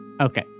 Okay